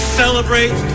celebrate